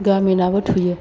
गामिनाबो थुयो